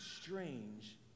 strange